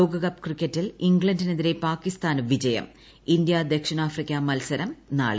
ലോകകപ്പ് ക്രിക്കറ്റിൽ ഇംഗ്ലണ്ടിനെതിരെ പാകിസ്ഥാന് വിജയം ഇന്ത്യ ദക്ഷിണാഫ്രിക്ക മൽസരം നാളെ